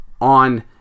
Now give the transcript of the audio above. on